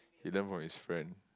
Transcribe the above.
he learn from his friend